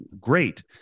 great